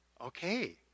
okay